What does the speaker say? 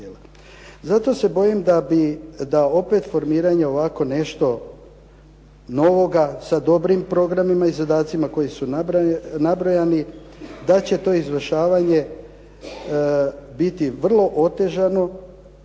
Zato se bojim da bi, da opet formiranje ovako nešto novoga sa dobrim programima i zadacima koji su nabrajani da će to izvršavanje biti vrlo otežano